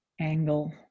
angle